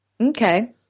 Okay